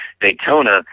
Daytona